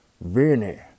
Vinny